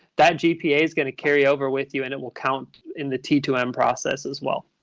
that gpa is going to carry over with you and it will count in the t two m process as well?